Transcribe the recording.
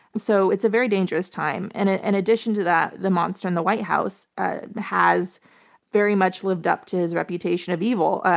so it's a very dangerous time. and in and addition to that, the monster in the white house ah has very much lived up to his reputation of evil.